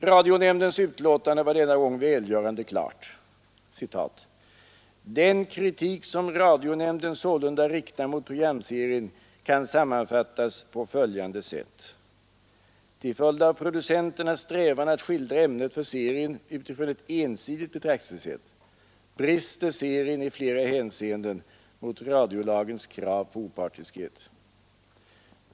Radionämndens utlåtande var denna gång välgörande klart: ”Den kritik som radionämnden sålunda riktar mot programserien kan sammanfattas på följande sätt. Till följd av producenternas strävan att skildra ämnet för serien utifrån ett ensidigt betraktelsesätt brister serien i flera hänseenden mot radiolagens krav på opartiskhet.